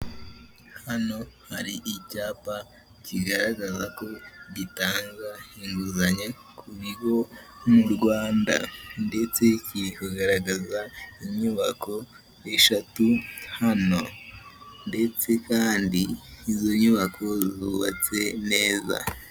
Hano hari icyapa kigaragaza ko itangwa inguzanyo ku bigo mu Rwanda ndetse kiri kugaragaza inyubako eshatu hano, ndetse kandi izo nyubako zubatse neza.